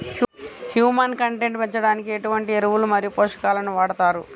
Humus content పెంచడానికి ఎటువంటి ఎరువులు మరియు పోషకాలను వాడతారు?